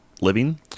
living